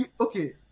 okay